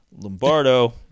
lombardo